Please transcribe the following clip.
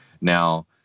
now